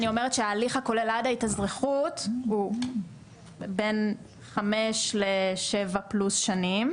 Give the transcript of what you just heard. אני אומרת שההליך הכולל עד ההתאזרחות הוא בין 5-7 פלוס שנים,